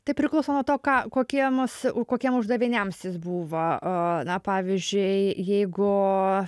tai priklauso nuo to ką kokie mus kokiem uždaviniams jis buvo na pavyzdžiui jeigu